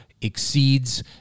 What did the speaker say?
exceeds